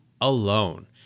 alone